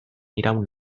iraun